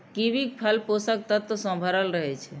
कीवीक फल पोषक तत्व सं भरल रहै छै